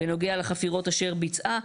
בנוגע לחפירות אשר ביצעה".